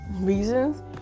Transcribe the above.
reasons